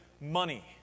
money